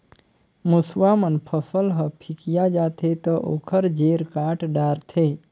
मूसवा मन फसल ह फिकिया जाथे त ओखर जेर काट डारथे